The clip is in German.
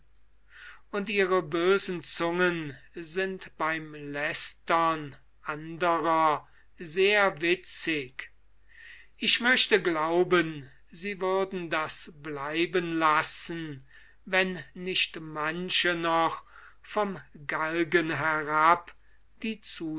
und ihre bösen zungen sind beim lästern anderer sehr witzig ich möchte glauben sie würden das bleiben lassen wenn nicht manche noch vom galgen herab die